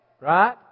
right